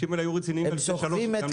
הם סוחבים את